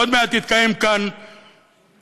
עוד מעט תתקיים כאן אזכרה,